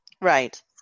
Right